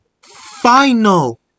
final